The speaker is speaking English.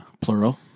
Plural